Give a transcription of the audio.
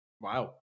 Wow